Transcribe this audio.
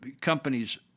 companies